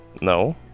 No